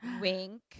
Wink